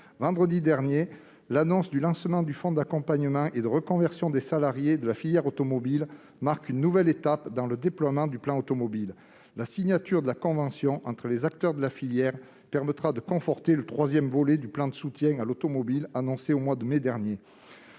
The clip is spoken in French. Vendredi dernier, l'annonce du lancement du fonds d'accompagnement et de reconversion des salariés de la filière automobile marque une nouvelle étape dans le déploiement du plan automobile. La signature de la convention entre les acteurs de la filière permettra de conforter le troisième volet du plan de soutien à l'automobile, annoncé au mois de mai dernier.